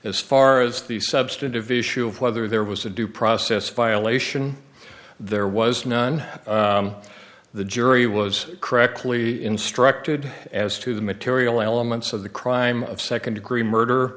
as far as the substantive issue of whether there was a due process violation there was none the jury was correctly instructed as to the material elements of the crime of second degree murder